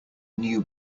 knew